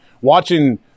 Watching